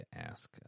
ask